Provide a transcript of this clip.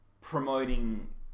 promoting